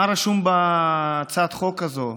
מה רשום בהצעת החוק הזאת?